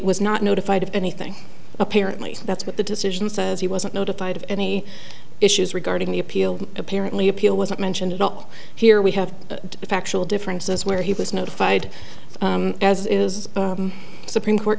was not notified of anything apparently that's what the decision says he wasn't notified of any issues regarding the appeal apparently appeal was not mentioned at all here we have a factual differences where he was notified as is supreme court